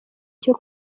cyo